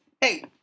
Hey